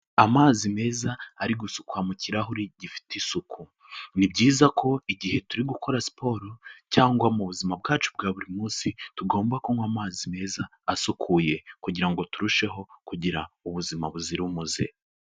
Amazi meza ari gusukwa mu kirahuri gifite isuku, ni byiza ko igihe turi gukora siporo cyangwa mu buzima bwacu bwa buri munsi, tugomba kunywa amazi meza asukuye, kugira ngo turusheho kugira ubuzima buzira umuze.